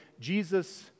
Jesus